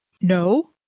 No